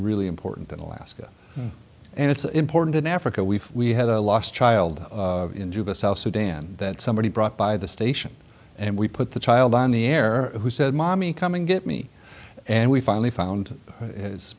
really important in alaska and it's important in africa we've we had a lost child in juba south sudan that somebody brought by the station and we put the child on the air who said mommy come and get me and we finally found